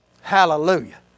Hallelujah